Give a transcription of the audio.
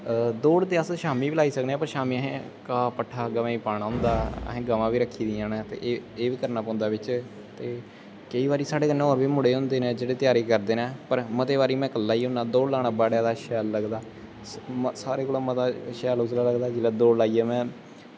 दौड़ ते अस शामीं बी लाई सकने पर शामीं असें काह् पट्ठा पाना होंदा ते असें गवां बी रक्खी दियां न ते एह्बी करना पौंदा बिच्च केईं बारी साढ़े कन्नै होर बी मुड़े होंदे न जेह्ड़े त्यारी करदे न ते केईं बारी में कल्ला गै होना ते दौड़ लाना मिगी बड़ा शैल लगदा मते शैल लगदा जिसलै दौड़ लाइयै में